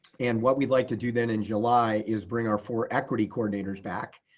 and what we'd like to do then in july is bring our four equity coordinators back